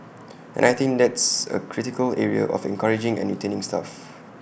and I think that's A critical area of encouraging and retaining staff